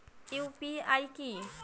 UPI কি?